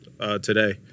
today